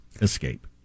escape